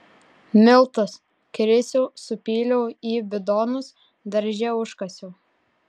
miltus krisiau supyliau į bidonus darže užkasiau